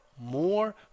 more